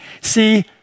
See